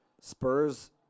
Spurs